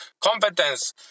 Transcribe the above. competence